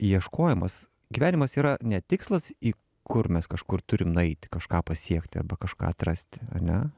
ieškojimas gyvenimas yra ne tikslas į kur mes kažkur turim nueiti kažką pasiekti arba kažką atrasti ane